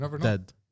dead